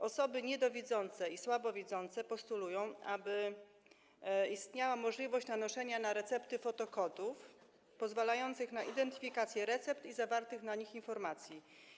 Osoby niedowidzące i słabowidzące postulują, aby istniała możliwość nanoszenia na recepty fotokodów pozwalających na identyfikację tych recept i zawartych na nich informacji.